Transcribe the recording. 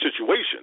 situation